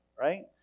right